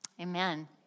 Amen